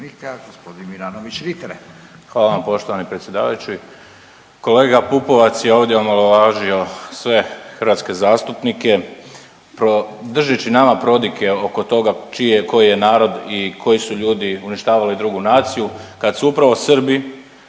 Hvala vam poštovani predsjedavajući.